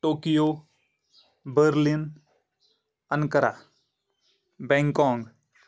Tokyo Berlin Ankara Bangkok